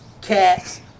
Cats